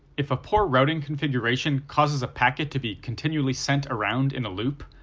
if a poor routing configuration causes a packet to be continually sent around in a loop,